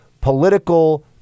political